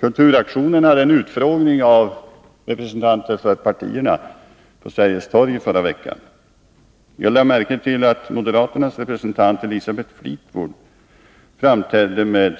Vid den utfrågning av representanter för partierna som ägde rum på Sergels torg förra veckan lade jag märke till att moderaternas företrädare Elisabeth Fleetwood framträdde med